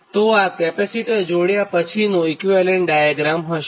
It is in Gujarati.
તો આ કેપેસિટર જોડ્યા પછીનું ઇક્વીવેલન્ટ ડાયાગ્રામ હશે